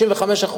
65%